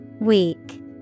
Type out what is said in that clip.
Weak